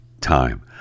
time